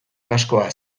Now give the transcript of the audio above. kaskoa